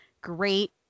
great